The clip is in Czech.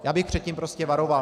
Já bych před tím prostě varoval.